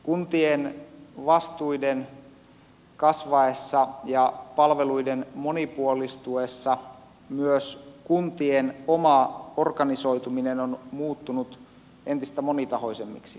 kuntien vastuiden kasvaessa ja palveluiden monipuolistuessa myös kuntien oma organisoituminen on muuttunut entistä monitahoisemmaksi